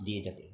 দিয়ে থাকে